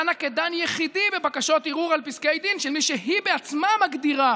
דנה כדן יחידי בבקשות ערעור על פסקי דין של מי שהיא בעצמה מגדירה